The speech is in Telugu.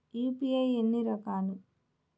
యూ.పీ.ఐ ఎన్ని రకాలు?